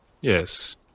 Yes